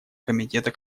комитета